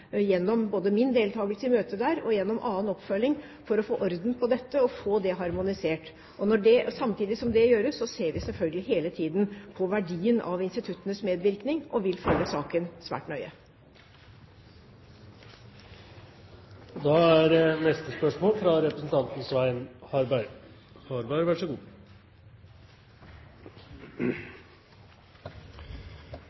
gjennom både min deltakelse i møter der og gjennom annen oppfølging, for å få orden på dette og få det harmonisert. Samtidig som det gjøres, ser vi selvfølgelig hele tiden på verdien av instituttenes medvirkning, og vil følge saken svært nøye. Vi går da tilbake til spørsmål 1. Dette spørsmålet, fra representanten Svein Harberg